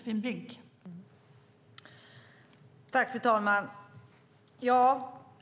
Fru talman!